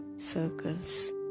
circles